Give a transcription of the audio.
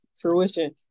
fruition